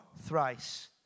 thrice